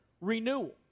renewal